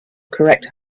correct